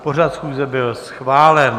Pořad schůze byl schválen.